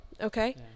Okay